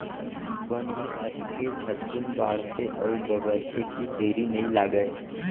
बन ही अतके झटकुन बाढ़थे अउ बगरथे कि देरी नइ लागय